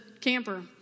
camper